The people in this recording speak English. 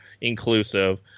inclusive